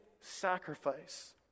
sacrifice